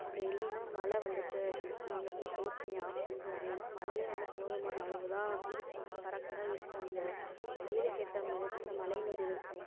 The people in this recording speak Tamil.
அப்படி இல்லைன்னா மழ வந்துவிட்டு அப்படினா நாங்கள் போய் போர் தண்ணியை ஆஃப் பண்ணிவிடுவோம் ஏன்னா மழையே வந்து போதுமான அளவு தான் இருக்கும் கரெக்டாக இருக்கும் அந்த பயிருக்கு ஏற்ற மாதிரி தான் அந்த மழை நீர் இருக்கும்